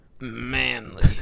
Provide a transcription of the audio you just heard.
manly